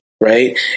right